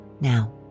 Now